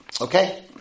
Okay